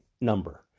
number